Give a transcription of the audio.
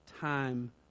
time